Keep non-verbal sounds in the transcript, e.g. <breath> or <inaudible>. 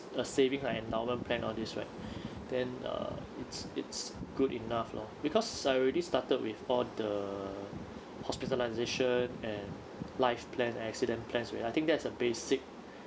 a savings or endowment plan all these right <breath> then err it's it's good enough lor because I already started with all the hospitalisation and life plan accident plans with I think that's a basic